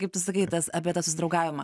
kaip tu sakai tas apie tą susidraugavimą